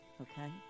okay